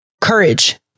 courage